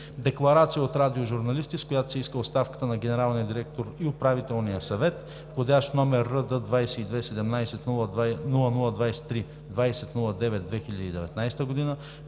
Декларация от радиожурналисти, с която се иска оставката на генералния директор и Управителния съвет, вх. № РД-22 17-00-23/20.09.2019 г.